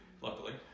luckily